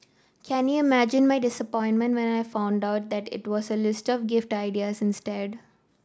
can you imagine my disappointment when I found out that it was a list of gift ideas instead